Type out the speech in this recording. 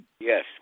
Yes